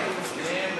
מוסכם.